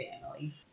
family